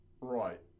Right